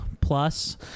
plus